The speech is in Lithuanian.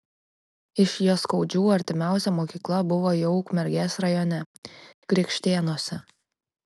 iš jaskaudžių artimiausia mokykla buvo jau ukmergės rajone krikštėnuose